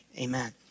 Amen